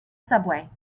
subway